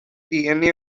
dna